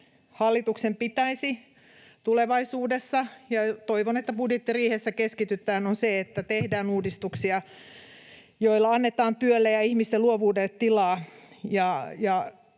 hallituksen pitäisi tulevaisuudessa keskittyä, ja toivon, että budjettiriihessä keskitytään, on se, että tehdään uudistuksia, joilla annetaan työlle ja ihmisten luovuudelle tilaa.